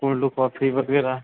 cold coffee वग़ैरह